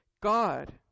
God